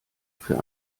für